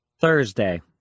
Thursday